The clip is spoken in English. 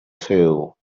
tail